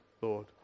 Lord